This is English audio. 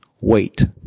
wait